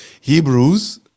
Hebrews